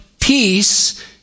peace